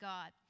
God